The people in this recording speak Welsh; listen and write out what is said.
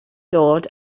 dod